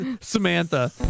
Samantha